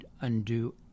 undo